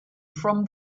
from